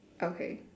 okay